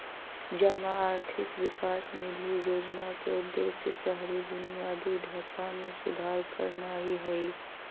जमा आर्थिक विकास निधि जोजना के उद्देश्य शहरी बुनियादी ढचा में सुधार करनाइ हइ